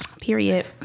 Period